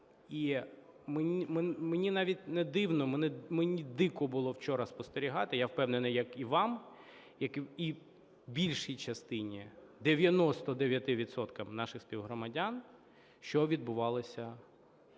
і мені навіть не дивно, мені дико було вчора спостерігати, я впевнений, як і вам, як і більшій частині, 99 відсоткам наших співгромадян, що відбувалося